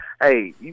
Hey